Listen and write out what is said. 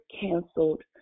canceled